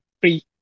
free